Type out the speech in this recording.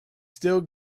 still